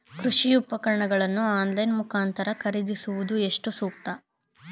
ಕೃಷಿ ಉಪಕರಣಗಳನ್ನು ಆನ್ಲೈನ್ ಮುಖಾಂತರ ಖರೀದಿಸುವುದು ಎಷ್ಟು ಸೂಕ್ತ?